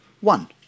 One